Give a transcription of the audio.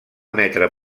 emetre